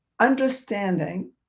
understanding